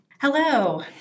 Hello